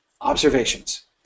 Observations